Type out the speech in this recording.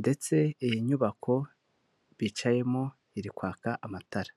ndetse iyi nyubako bicayemo iri kwaka amatara.